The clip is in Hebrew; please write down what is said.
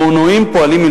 הקרונועים פועלים,